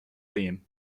theme